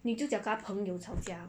女主角跟他朋友吵架